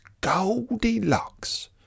Goldilocks